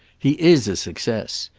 he is a success.